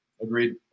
Agreed